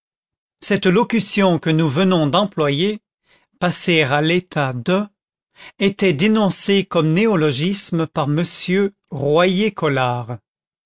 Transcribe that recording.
cette locution que nous venons d'employer passer à l'état de était dénoncée comme néologisme par